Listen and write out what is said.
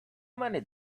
many